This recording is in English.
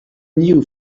new